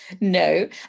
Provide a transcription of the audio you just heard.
No